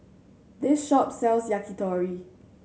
this shop sells Yakitori